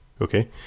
okay